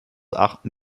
achten